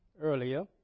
earlier